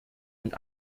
und